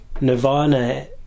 Nirvana